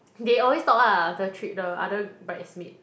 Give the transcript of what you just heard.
they always talk ah the three the other bridesmaids